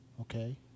okay